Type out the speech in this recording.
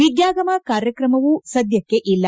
ವಿದ್ಯಾಗಮ ಕಾರ್ಯಕ್ರಮವೂ ಸದ್ದಕ್ಕೆ ಇಲ್ಲ